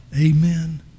Amen